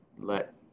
let